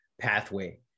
pathway